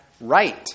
right